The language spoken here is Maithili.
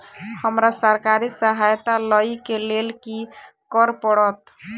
हमरा सरकारी सहायता लई केँ लेल की करऽ पड़त?